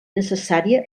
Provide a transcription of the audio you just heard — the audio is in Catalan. necessària